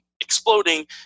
exploding